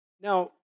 now